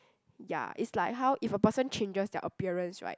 ya it's like how if a person changes their appearance right